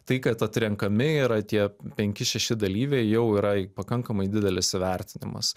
tai kad atrenkami yra tie penki šeši dalyviai jau yra pakankamai didelis įvertinimas